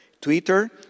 Twitter